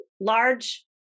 large